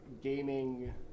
Gaming